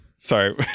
Sorry